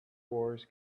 wars